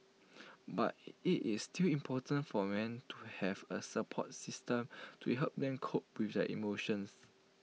but IT is still important for men to have A support system to help them cope with their emotions